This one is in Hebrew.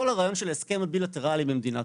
כל הרעיון של ההסכם הבילטרלי במדינת